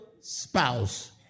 spouse